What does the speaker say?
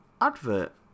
advert